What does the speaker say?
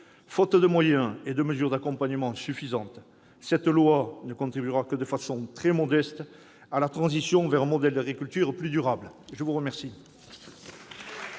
Faute de moyens et de mesures d'accompagnement suffisants, cette loi ne contribuera que de façon très modeste à la transition vers un modèle d'agriculture plus durable. La parole